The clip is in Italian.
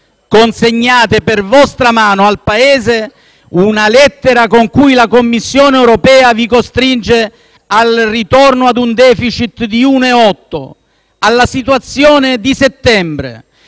consegnate per vostra mano al Paese una lettera con cui la Commissione europea vi costringe al ritorno ad un *deficit* di 1,8, alla situazione di settembre,